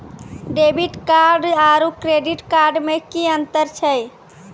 Debit card आरू credit card मे कि अन्तर छैक?